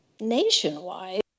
nationwide